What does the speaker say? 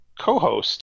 co-host